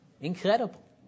Incredible